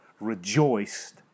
rejoiced